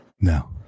No